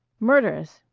murderous!